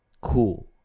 cool